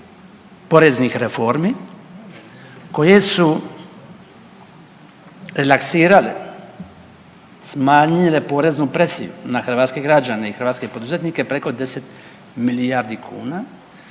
poreznih reformi koje su relaksirale, smanjile poreznu presiju na hrvatske građane i hrvatske poduzetnike preko 10 milijardi kuna